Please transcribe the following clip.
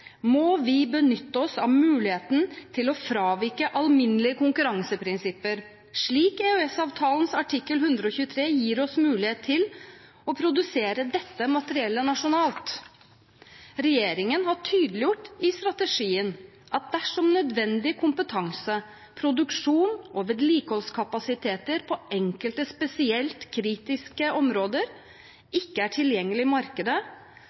må vi benytte oss av muligheten til å fravike alminnelige konkurranseprinsipper, slik EØS-avtalens artikkel 123 gir oss mulighet til, og produsere dette materiellet nasjonalt. Regjeringen har tydeliggjort i strategien at dersom nødvendig kompetanse, produksjons- og vedlikeholdskapasiteter på enkelte spesielt kritiske områder ikke er tilgjengelige i markedet,